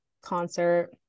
concert